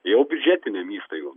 jau biudžetinėm įstaigom